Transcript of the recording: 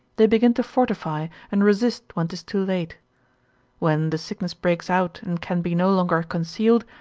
they begin to fortify and resist when tis too late when, the sickness breaks out and can be no longer concealed,